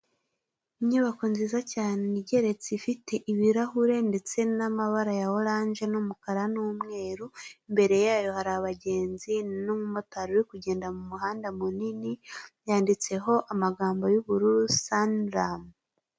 Inyubako nziza cyane igeretse ifite ibirahure ndetse n'amabara ya oranje n'umukara n'umweru, imbere yayo hari abagenzi, n'umumotari uri kugenda mu muhanda munini, handitseho amagambo y'ubururu sanilamu.